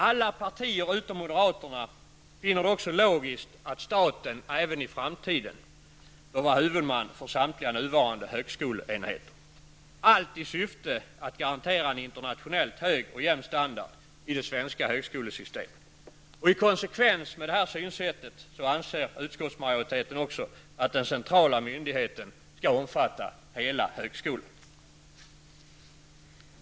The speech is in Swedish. Alla partier utom moderaterna finner det också logiskt att staten även i framtiden bör vara huvudman för samtliga nuvarande högskoleenheter -- allt i syfte att garantera en internationellt hög och jämn standard i det svenska högskolesystemet. I konsekvens med detta synsätt anser utskottsmajoriteten också att den centrala myndigheten skall omfatta hela högskolan.